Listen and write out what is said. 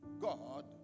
God